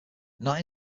not